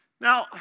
Now